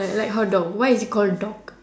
I like how dog why is it call dog